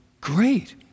great